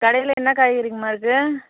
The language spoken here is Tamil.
கடையில் என்ன காய்கறிங்கம்மா இருக்குது